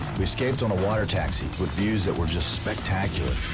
we escaped on a water taxi with views that were just spectacular.